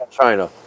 China